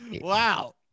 Wow